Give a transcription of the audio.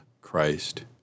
Christ